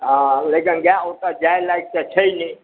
आ लेकिन गाय ओतय जाय लायक तऽ छै नहि